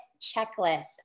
checklist